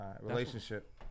Relationship